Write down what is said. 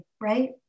right